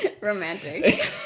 Romantic